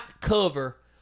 cover